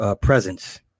presence